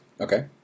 Okay